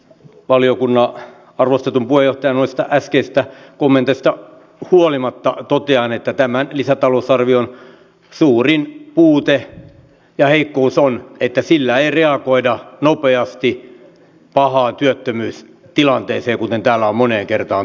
valiokunnan arvostetun puheenjohtajan äskeisistä kommenteista huolimatta totean että tämän lisätalousarvion suurin puute ja heikkous on että sillä ei reagoida nopeasti pahaan työttömyystilanteeseen kuten täällä on moneen kertaan todettu